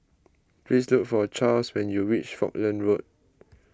please look for Charls when you reach Falkland Road